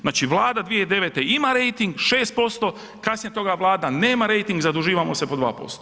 Znači Vlada 2009. ima rejting 6%, kasnije toga Vlada nema rejting zadužujemo se po 2%